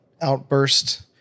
outburst